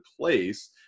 place